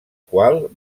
qual